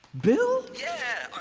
bill? yeah.